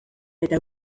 eta